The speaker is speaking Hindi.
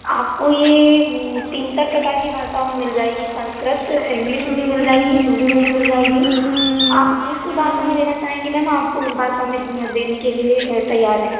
आपको ये तीन चार प्रकार की भाषाओं में मिल जाएगी संस्कृत इंग्लिश भी मिल जाएगी हिंदी में भी मिल जाएगी आप जिस भाषा में लेना चाहेंगी मैम आपको उस भाषा में देने के लिए तैयार हैं